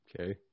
Okay